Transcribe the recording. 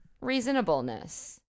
reasonableness